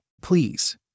Please